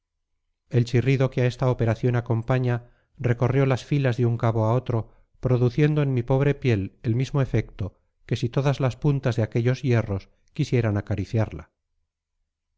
el chirrido que a esta operación acompaña recorrió las filas de un cabo a otro produciendo en mi pobre piel el mismo efecto que si todas las puntas de aquellos hierros quisieran acariciarla